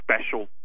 special